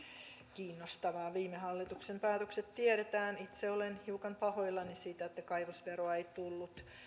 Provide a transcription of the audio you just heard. kiinnostavaa viime hallituksen päätökset tiedetään itse olen hiukan pahoillani siitä että kaivosveroa ei tullut